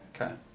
okay